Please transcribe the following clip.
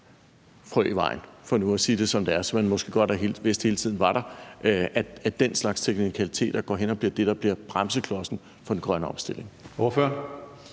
frø i vejen – for nu at sige det, som det er – som man måske godt hele tiden har vidst var der. Det vil sige, at den slags teknikaliteter går hen og bliver det, der bliver bremseklodsen for den grønne omstilling.